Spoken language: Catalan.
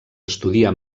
estudia